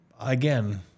again